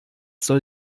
soll